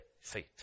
faith